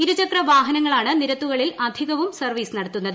ഇരുചക്രവാഹനങ്ങളാണ് നിരത്തുകളിൽ അധികവും സർവീസ് നടത്തുന്നത്